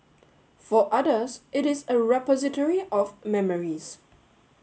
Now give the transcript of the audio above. for others it is a repository of memories